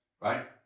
right